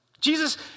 Jesus